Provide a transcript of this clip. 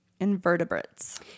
invertebrates